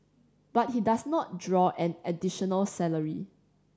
but he does not draw an additional salary